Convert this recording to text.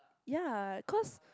ya cause